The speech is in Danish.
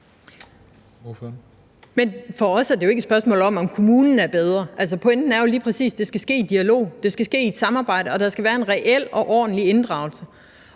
for os er det jo ikke et spørgsmål om, om kommunen er bedre. Altså, pointen er jo lige præcis, at det skal ske i dialog, at det skal ske i et samarbejde, og der skal være en reel og ordentlig inddragelse.